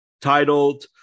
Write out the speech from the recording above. titled